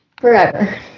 forever